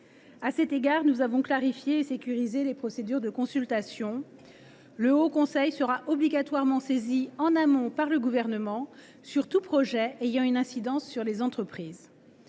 À cet égard, nous avons clarifié et sécurisé les procédures de consultation. Le haut conseil sera obligatoirement saisi en amont par le Gouvernement sur tout projet ayant une incidence sur les entreprises.